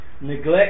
Neglect